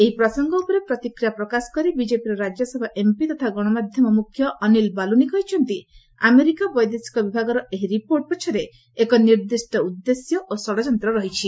ଏହି ପ୍ରସଙ୍ଗ ଉପରେ ପ୍ରତିକ୍ରିୟା ପ୍ରକାଶ କରି ବିଜେପିର ରାଜ୍ୟସଭା ଏମ୍ପି ତଥା ଗଣମାଧ୍ୟମ ମୁଖ୍ୟ ଅନୀଲ ବାଲୁନି କହିଛନ୍ତି ଯେ ଆମେରିକା ବୈଦେଶିକ ବିଭାଗର ଏହି ରିପୋର୍ଟ ପଛରେ ଏକ ନିର୍ଦ୍ଦିଷ୍ଟ ଉଦ୍ଦେଶ୍ୟ ଓ ଷଡ଼ଯନ୍ତ୍ର ରହିଛି